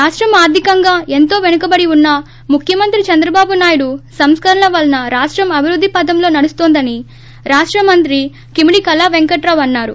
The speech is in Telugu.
రాష్టం ఆర్గికంగా ఎంతో వెనకబడివున్నా ముఖ్యమంత్రి చంద్రబాబు నాయుడు సంస్కరణల వలన రాష్టం అభివృద్ది పదంలో నడుస్తోందని రాష్ట మంత్రి కిమిడి కళా పెంకటరావు అన్నారు